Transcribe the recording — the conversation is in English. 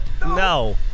No